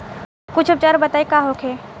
कुछ उपचार बताई का होखे?